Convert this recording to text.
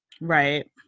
Right